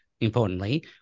importantly